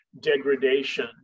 degradation